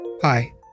Hi